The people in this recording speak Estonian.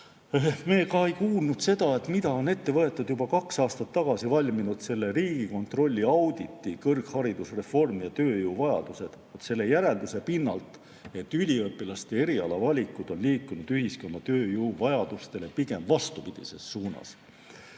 Me ei kuulnud ka seda, mida on ette võetud juba kaks aastat tagasi valminud Riigikontrolli auditi "Kõrgharidusreform ja tööjõuvajadused" järelduse pinnalt, et üliõpilaste erialavalikud on liikunud ühiskonna tööjõuvajadustele pigem vastupidises suunas.